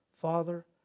Father